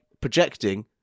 projecting